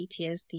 PTSD